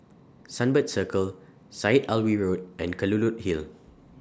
Sunbird Circle Syed Alwi Road and Kelulut Hill